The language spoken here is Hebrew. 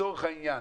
לצורך העניין,